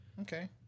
okay